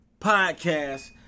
podcast